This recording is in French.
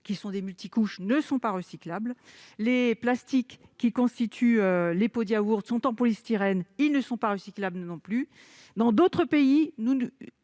de jambons, ne sont pas recyclables. Les plastiques qui constituent les pots de yaourt sont en polystyrène : ils ne sont pas recyclables non plus. Certains pays